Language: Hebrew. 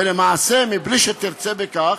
ולמעשה, מבלי שתרצה בכך,